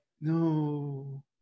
no